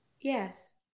Yes